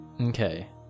Okay